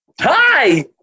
Hi